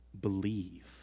believe